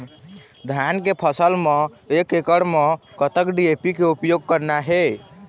धान के फसल म एक एकड़ म कतक डी.ए.पी के उपयोग करना हे?